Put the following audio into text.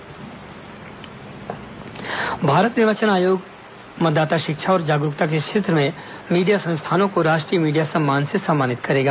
राष्ट्रीय मीडिया सम्मान भारत निर्वाचन आयोग मतदाता शिक्षा और जागरूकता के क्षेत्र में मीडिया संस्थानों को राष्ट्रीय मीडिया सम्मान से सम्मानित करेगा